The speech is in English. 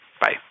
Bye